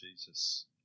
Jesus